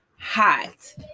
hot